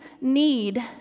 need